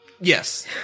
Yes